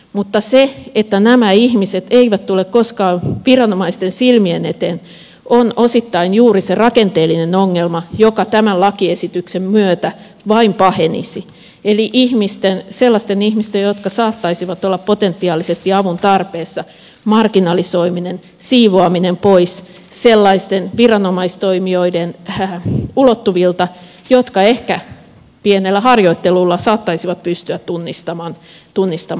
mutta se että nämä ihmiset eivät tule koskaan viranomaisten silmien eteen on osittain juuri se rakenteellinen ongelma joka tämän lakiesityksen myötä vain pahenisi eli sellaisten ihmisten jotka saattaisivat olla potentiaalisesti avun tarpeessa marginalisoiminen siivoaminen pois sellaisten viranomaistoimijoiden ulottuvilta jotka ehkä pienellä harjoittelulla saattaisivat pystyä tunnistamaan ne ongelmat